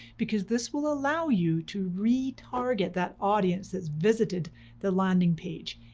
because this will allow you to retarget that audience that's visited the landing page.